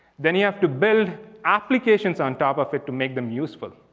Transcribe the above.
then you have to build applications on top of it to make them useful.